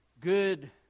good